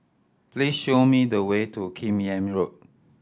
please show me the way to Kim Yam Road